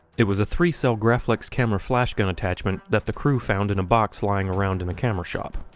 it was a three cell graflex camera flash gun attachment that the crew found in a box lying around in a camera shop.